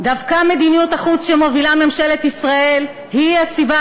דווקא מדיניות החוץ שמובילה ממשלת ישראל היא הסיבה